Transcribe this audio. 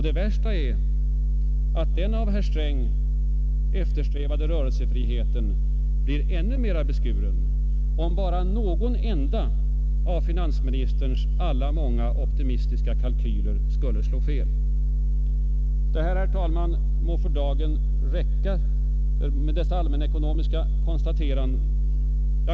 Det värsta är att den av herr Sträng eftersträvade rörelsefriheten blir ännu mer beskuren, om blott någon enda av finansministerns många optimistiska kalkyler skulle slå fel. Det må för dagen räcka med dessa allmänekonomiska konstateranden, herr talman.